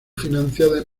financiada